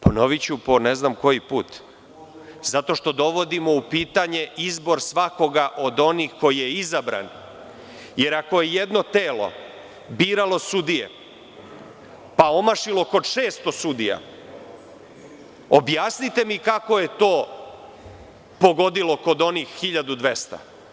Ponoviću po ne znam koji put – zato što dovodimo u pitanje izbor svakoga od onih koji je izabran, jer ako je jedno telo biralo sudije, pa omašilo kod 600 sudija, objasnite mi kako je to pogodilo kod onih 1.200?